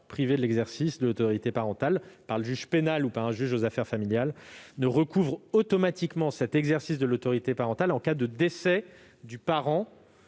privé de l'exercice de l'autorité parentale par le juge pénal ou par le juge aux affaires familiales, ne recouvre automatiquement cette faculté en cas de décès du parent